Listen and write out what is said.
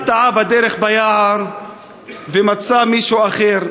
אחד תעה בדרך ביער ומצא מישהו אחר.